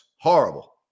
Horrible